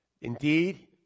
Indeed